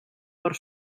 per